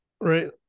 right